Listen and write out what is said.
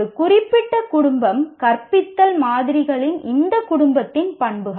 ஒரு குறிப்பிட்ட குடும்பம் கற்பித்தல் மாதிரிகளின் இந்த குடும்பத்தின் பண்புகள்